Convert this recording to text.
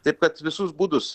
taip kad visus būdus